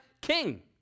king